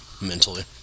mentally